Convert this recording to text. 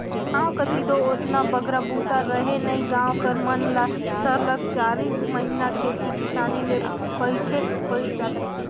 गाँव कती दो ओतना बगरा बूता रहें नई गाँव कर मन ल सरलग चारिक महिना खेती किसानी ले पइठेक पइर जाथे